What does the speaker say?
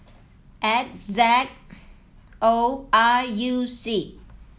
X Z O I U C